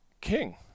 king